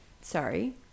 Sorry